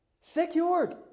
Secured